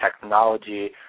technology